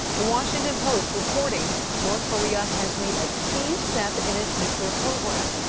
the washington post reporting north korea has made a key step in its nuclear program.